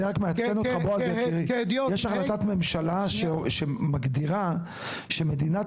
אני רק מעדכן אותך שיש החלטת ממשלה שמגדירה שמדינת